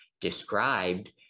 described